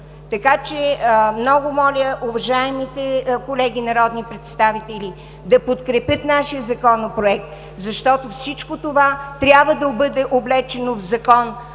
денем. Много моля, уважаемите колеги народни представители, да подкрепят нашия Законопроект, защото всичко това трябва да бъде облечено в Закон,